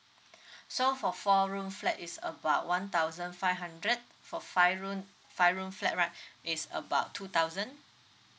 so for four room flat is about one thousand five hundred for five room five room flat right is about two thousand